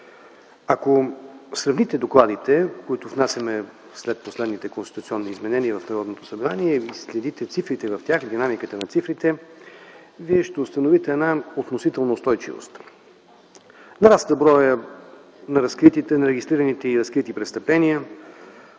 Ако сравните докладите, които внасяме след последните конституционни изменения в Народното събрание, и следите динамиката на цифрите в тях, вие ще установите една относителна устойчивост. Нараства броят на регистрираните и разкрити престъпления,